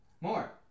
More